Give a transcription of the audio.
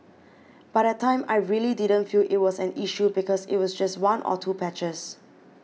but that time I really didn't feel it was an issue because it was just one or two patches